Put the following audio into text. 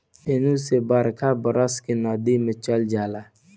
फेनू से बरखा बरस के नदी मे चल जाला